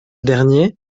dernier